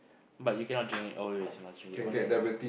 but you cannot drink it always you must drink it once in a while